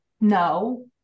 No